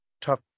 tough